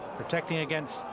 protecting against.